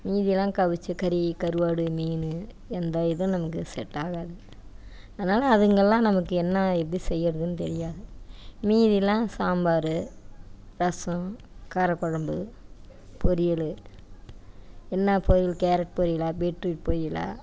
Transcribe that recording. மீதி எல்லாம் கவுச்சு கறி கருவாடு மீன் எந்த இதுவும் நமக்கு செட் ஆகாது அதனால அதுங்கலாம் நமக்கு என்ன எப்படி செய்கிறதுன்னு தெரியாது மீதி எல்லாம் சாம்பார் ரசம் காரக்குழம்பு பொரியல் என்னா பொரியல் கேரட் பொரியலா பீட்ரூட் பொரியலா